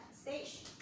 stage